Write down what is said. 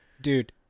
Dude